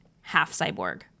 half-cyborg